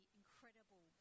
incredible